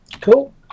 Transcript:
Cool